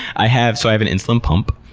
i have so i have an insulin pump,